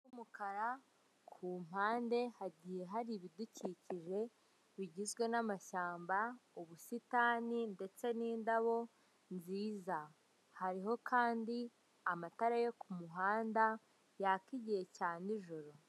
Umukara ku mpande hagiye hari ibidukikijwe bigizwe n'amashyamba, ubusitani ndetse n'indabo nziza, hariho kandi amatara yo ku muhanda yaka igihe cya n'ijoro.